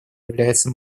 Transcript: является